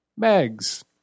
Megs